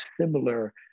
similar